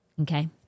Okay